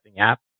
app